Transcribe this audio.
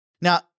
Now